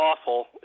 awful